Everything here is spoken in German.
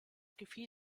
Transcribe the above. gefiel